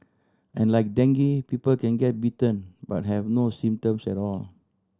and like dengue people can get bitten but have no symptoms at all